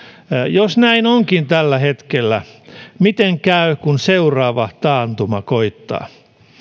jos näin onkin tällä hetkellä miten käy kun seuraava taantuma koittaa